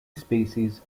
species